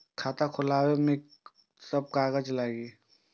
खाता खोलब में की सब कागज लगे छै?